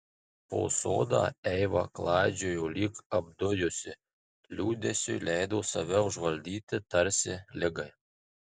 po sodą eiva klaidžiojo lyg apdujusi liūdesiui leido save užvaldyti tarsi ligai